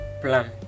plan